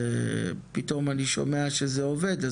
פתאום אני שומע שזה עובד,